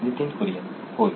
नितीन कुरियन होय